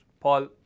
Paul